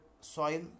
soil